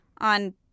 On